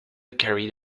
carried